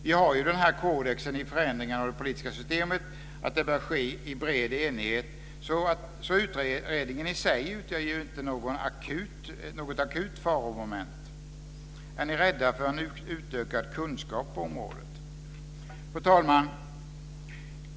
Vi har ju kodexen att förändringar av det politiska systemet bör ske i bred enighet, så utredningen i sig utgör ju inte något akut faromoment. Är ni rädda för en utökad kunskap på området? Fru talman!